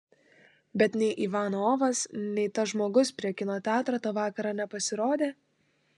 bet nei ivanovas nei tas žmogus prie kino teatro tą vakarą nepasirodė